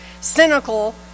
Cynical